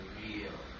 real